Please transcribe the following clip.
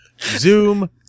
Zoom